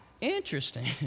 Interesting